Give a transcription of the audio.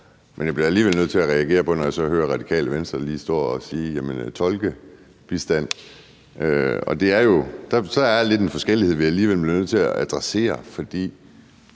Men jeg bliver alligevel nødt til at reagere på det, når jeg så hører, at Radikale Venstre lige står og taler om tolkebistand. For så er der alligevel lidt en forskellighed, vi bliver nødt til at adressere. For